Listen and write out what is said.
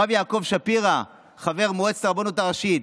הרב יעקב שפירא, חבר מועצת הרבנות הראשית,